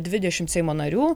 dvidešimt seimo narių